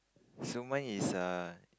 so mine is a